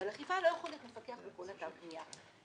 אבל לא יכול להיות מפקח בכל אתר בנייה.